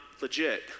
legit